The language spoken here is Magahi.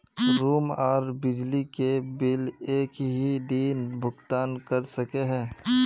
रूम आर बिजली के बिल एक हि दिन भुगतान कर सके है?